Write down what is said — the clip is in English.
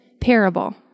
parable